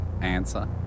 answer